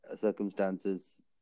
circumstances